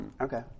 Okay